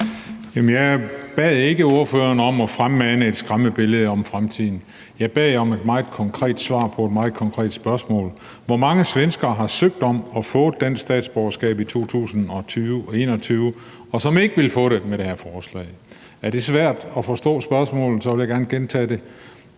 Jeg bad ikke ordføreren om at fremmane et skræmmebillede af fremtiden. Jeg bad om et meget konkret svar på et meget konkret spørgsmål. Hvor mange svenskere har søgt om og fået dansk statsborgerskab i 2020 og 2021, som ikke ville have fået det med det her forslag? Hvis det er svært at forstå spørgsmålet, vil jeg gerne gentage det.